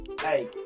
Hey